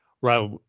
right